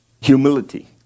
Humility